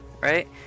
right